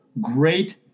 great